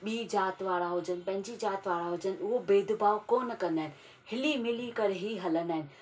ॿीं जात वारा हुजनि पंहिंजी जात वारा हुजनि उहो भेदभाव कोन कंदा आहिनि हिली मिली करे ई हलंदा आहिनि